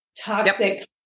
toxic